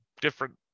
different